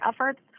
efforts